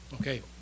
Okay